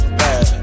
bad